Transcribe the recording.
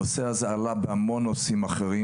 הנושא הזה עלה בהרבה תחומים אחרים,